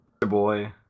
Boy